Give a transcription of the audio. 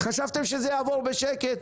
חשבתם שזה יעבור בשקט?